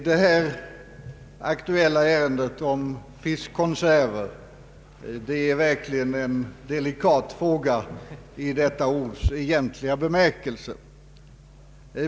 Herr talman! Det aktuella ärendet om fiskkonserver är verkligen en delikat fråga i detta ords egentliga bemärkelse.